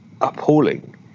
appalling